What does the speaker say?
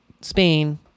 Spain